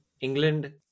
England